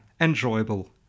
Enjoyable